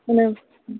என்ன ம்